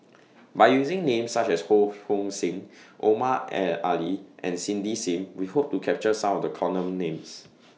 By using Names such as Ho Hong Sing Omar Ali and Cindy SIM We Hope to capture Some of The Common Names